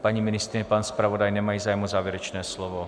Paní ministryně, pan zpravodaj nemají zájem o závěrečné slovo.